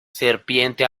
serpiente